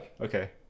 okay